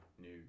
New